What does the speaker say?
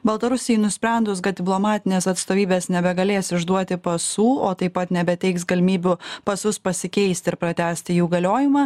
baltarusijai nusprendus kad diplomatinės atstovybės nebegalės išduoti pasų o taip pat nebeteiks galimybių pasus pasikeisti ir pratęsti jų galiojimą